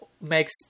makes